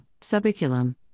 Subiculum